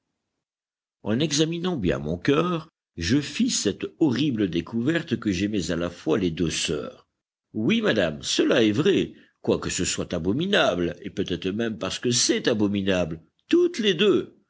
en examinant bien mon cœur je fis cette horrible découverte que j'aimais à la fois les deux sœurs oui madame cela est vrai quoique ce soit abominable et peut-être même parce que c'est abominable toutes les deux